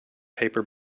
paper